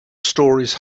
stories